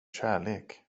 kärlek